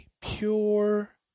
Pure